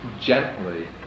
gently